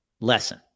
lesson